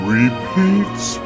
repeats